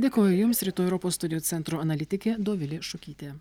dėkoju jums rytų europos studijų centro analitikė dovilė šukytė